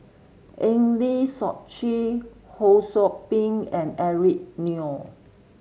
Eng Lee Seok Chee Ho Sou Ping and Eric Neo